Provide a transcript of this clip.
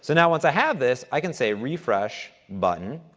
so, yeah once i have this, i can say refresh button.